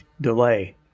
delay